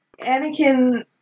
Anakin